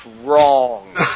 wrong